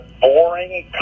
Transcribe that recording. boring